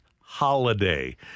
holiday